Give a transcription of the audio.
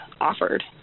offered